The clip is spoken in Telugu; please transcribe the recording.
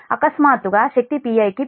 అకస్మాత్తుగా శక్తి Pi కి పెరిగింది